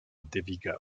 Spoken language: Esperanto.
deviga